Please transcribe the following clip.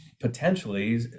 potentially